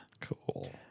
Cool